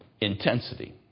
intensity